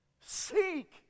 Seek